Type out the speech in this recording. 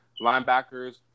linebackers